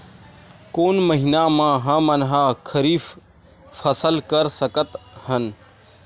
कोन महिना म हमन ह खरीफ फसल कर सकत हन?